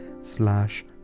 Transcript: slash